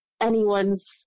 anyone's